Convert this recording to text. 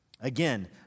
Again